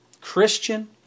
Christian